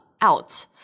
out